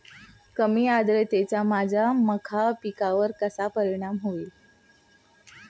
कमी आर्द्रतेचा माझ्या मका पिकावर कसा परिणाम होईल?